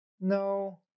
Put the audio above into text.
No